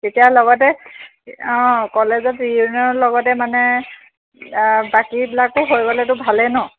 তেতিয়া লগতে অঁ কলেজত ৰিউনিয়নৰ লগতে মানে বাকীবিলাকো হৈ গ'লেতো ভালেই ন